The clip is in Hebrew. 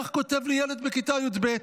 כך כותב לי ילד בכיתה י"ב: